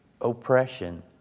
oppression